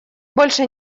больше